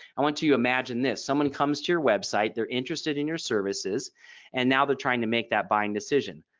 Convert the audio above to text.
i want to imagine this someone comes to your website. they're interested in your services and now they're trying to make that buying decision.